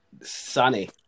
Sunny